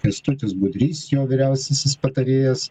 kęstutis budrys jo vyriausiasis patarėjas